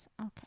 Okay